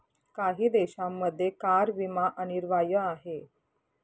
काही देशांमध्ये कार विमा अनिवार्य आहे